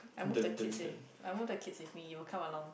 I move the kids in I move the kids with me you will come along